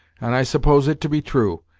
and i suppose it to be true,